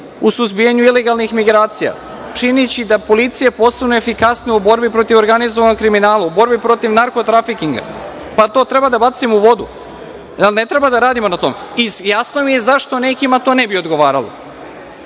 u suzbijanju ilegalnih migracija, čineći da policija postane efikasnija u borbi protiv organizovanog kriminala, u borbi protiv narkotrafikinga. Pa da li to treba da bacimo u vodu? Zar ne treba da radimo na tome? Jasno mi je zašto nekima to ne bi odgovaralo.